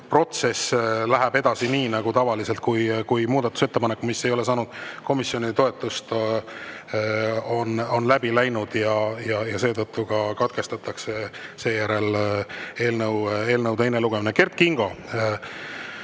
protsess läheb edasi nii nagu tavaliselt, kui muudatusettepanek, mis ei ole saanud komisjoni toetust, on läbi läinud. Ja seetõttu ka katkestatakse seejärel eelnõu teine lugemine. Kert Kingo,